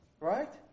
right